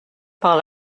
par